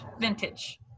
vintage